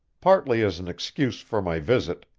partly as an excuse for my visit,